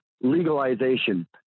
legalization